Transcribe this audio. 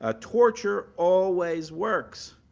ah torture always works.